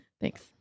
Thanks